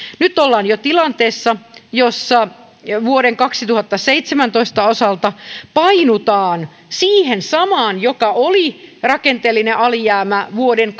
nyt ollaan jo tilanteessa jossa vuoden kaksituhattaseitsemäntoista osalta painutaan siihen samaan jossa rakenteellinen alijäämä vuoden